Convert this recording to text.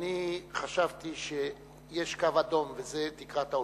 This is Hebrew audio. ואני חשבתי שיש קו אדום וזה תקרת ההוצאה.